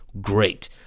great